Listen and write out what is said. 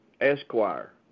Esquire